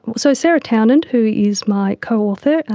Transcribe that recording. so sara townend who is my co-author, and